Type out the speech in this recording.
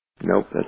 Nope